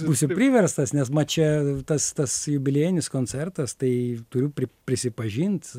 būsiu priverstas nes mat čia tas tas jubiliejinis koncertas tai turiu pri prisipažint